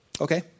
Okay